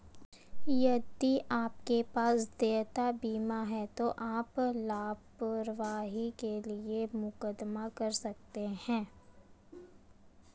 यदि आपके पास देयता बीमा है तो आप लापरवाही के लिए मुकदमा कर सकते हैं